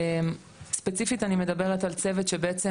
ספציפית אני מדברת על צוות שבעצם,